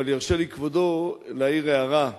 אבל ירשה לי כבודו להעיר הערה,